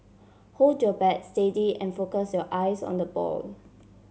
hold your bat steady and focus your eyes on the ball